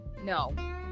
No